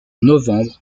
novembre